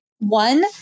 One